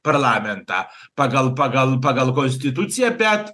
parlamentą pagal pagal pagal konstituciją bet